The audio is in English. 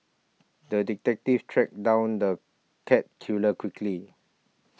the detective tracked down the cat killer quickly